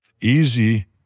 easy